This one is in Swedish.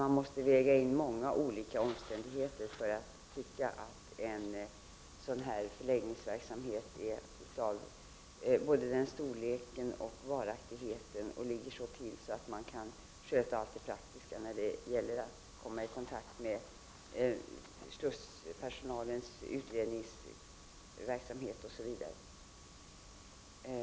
Man måste väga in många olika omständigheter så att förläggningsverksamheten blir av den storlek och varaktighet att man där kan sköta allt det praktiska arbetet när det gäller att hålla kontakt med den personal som bedriver utredningsverksamhet osv.